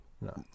No